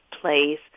place